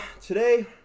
today